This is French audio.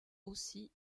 aussi